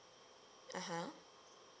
(uh huh)